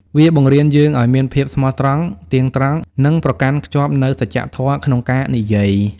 វាបង្រៀនយើងឱ្យមានភាពស្មោះត្រង់ ទៀងត្រង់ និងប្រកាន់ខ្ជាប់នូវសច្ចៈធម៌ក្នុងការនិយាយ។